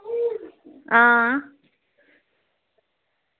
आं